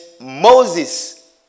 Moses